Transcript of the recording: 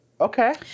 Okay